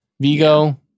Vigo